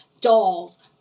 dolls